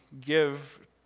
give